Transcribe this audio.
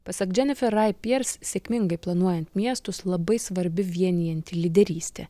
pasak dženifer rai piers sėkmingai planuojant miestus labai svarbi vienijanti lyderystė